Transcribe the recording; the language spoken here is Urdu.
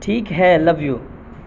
ٹھیک ہے لو یو